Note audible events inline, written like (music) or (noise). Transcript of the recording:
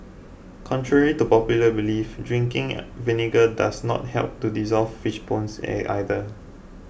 contrary to popular belief drinking vinegar does not help to dissolve fish bones (unintelligible) either